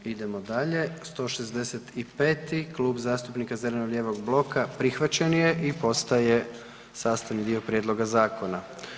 Idemo dalje, 165. amandman, Klub zastupnika zeleno-lijevog bloka, prihvaćen je i postaje sastavni dio prijedloga zakona.